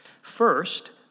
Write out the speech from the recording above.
First